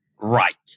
right